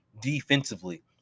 defensively